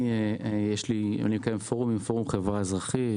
אני מקיים פורומים עם החברה האזרחית,